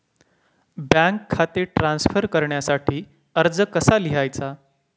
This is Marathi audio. बँक खाते ट्रान्स्फर करण्यासाठी अर्ज कसा लिहायचा?